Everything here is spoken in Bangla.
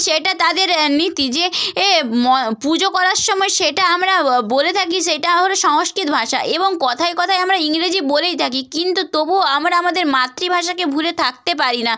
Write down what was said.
সেটা তাদের নীতি যে এ ম পুজো করার সময় সেটা আমরা বলে থাকি সেইটা সংস্কৃত ভাষা এবং কথায় কথায় আমরা ইংরেজি বলেই থাকি কিন্তু তবুও আমরা আমাদের মাতৃভাষাকে ভুলে থাকতে পারি না